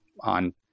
on